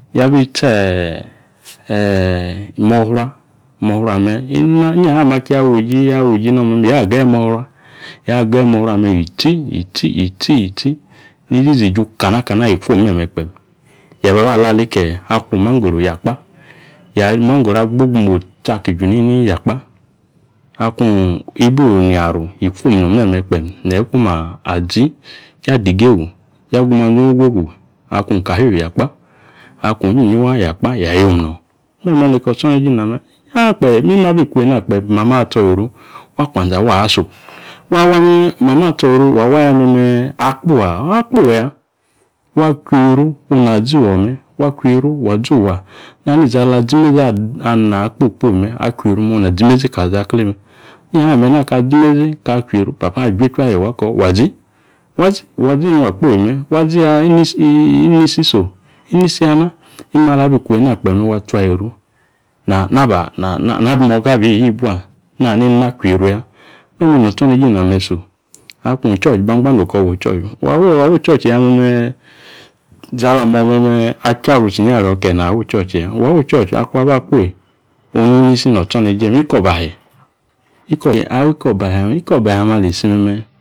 Yabi tsi mofra, mofra ame̱ inyiha ame̱ aki wuji ya wuji nome̱ ya gayi mofra ya gayi mofra ame̱ yi tsi, yi tsi, yi tsi, yi tsi nizizi iju kanakana yi kwom me̱me̱ kpe̱m. Eeyi baba la aleke, akung imangoro agbogbi imotsi aki ju nini ya kpa. Akung ibi oyiaru, yikwom no̱n me̱me̱ kpeem neeyi ikwom azi. Ya diegwu, ya gu manyi ong ogwogu akung cashew ya kpa, akung inyiyi, waa ya kpa, ya yom no̱n. Meme neka otsoneje iname. Eena kpa mime abiku eena kpe mamo̱o̱ atso yieru wakwanze awaaso, wa wani mamo̱o̱ atso yieru wa waya me̱me̱ akpo aa? Akpoya, wa kwieru ona zufua me̱, wa akieru wa zufua. Nani izi ala zi imezi anaa kpokpo me akwieru me̱ onazi imezi kali izakie me̱. Inyaha me̱ nakaa zi imezi aka kwieru papa o̱ aju echu ayiwo ako wazi. Wa zi, wa zi nung akpo me wa ziya inisi so. Inisi yana. Imme abi ku eena kpem me wa atswa yieru nabi moga abi yibua, na nenima akwieru ya. E̱eme notsoneje iname so. Akung ichurch bangba oko̱ wi ichurch. Wa wi ichurchi ya me̱me̱, izi ak mo̱meme achiara utsi ario̱ kie na wi ichurchi ya, wa wi ichurch akung abakpoyi, onu inisi notsoneje me. Ikobahe ikobahe ame̱ ali simeme.